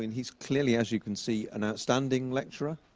and he's clearly as you can see, an outstanding lecturer.